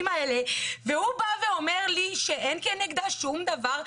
האלה והוא בא ואומר לי שאין כנגדה שום דבר,